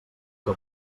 que